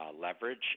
leverage